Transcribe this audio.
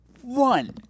one